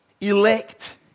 Elect